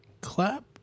clap